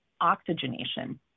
oxygenation